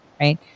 Right